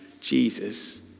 Jesus